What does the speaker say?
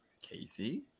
Casey